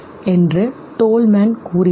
என்று டோல்மேன் கூறினார்